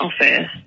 office